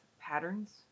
patterns